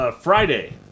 Friday